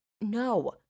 No